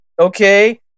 Okay